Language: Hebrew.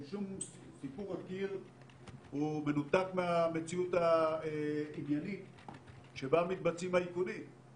סיפור הקיר מנותק מהמציאות ההגיונית שבה מתבצעים האיכונים.